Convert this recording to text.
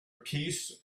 piece